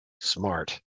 Smart